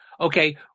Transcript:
okay